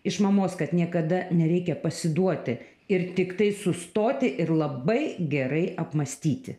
iš mamos kad niekada nereikia pasiduoti ir tiktai sustoti ir labai gerai apmąstyti